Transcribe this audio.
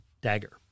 dagger